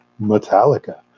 Metallica